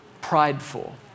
prideful